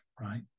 right